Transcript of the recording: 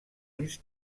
ulls